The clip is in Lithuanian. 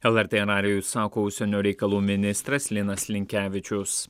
lrt radijui sako užsienio reikalų ministras linas linkevičius